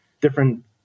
different